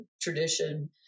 tradition